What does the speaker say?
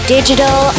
Digital